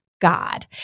God